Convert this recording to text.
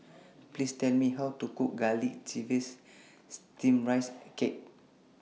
Please Tell Me How to Cook Garlic Chives Steamed Rice Cake